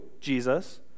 Jesus